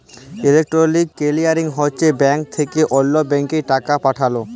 electronic clearing হছে bank থ্যাকে অল্য ব্যাংকে টাকা পাঠাল